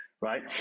right